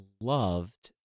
loved